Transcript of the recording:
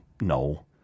No